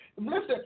Listen